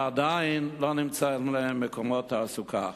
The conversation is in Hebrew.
ועדיין לא נמצאו להם מקומות תעסוקה.